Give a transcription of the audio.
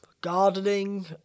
gardening